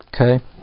Okay